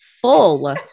full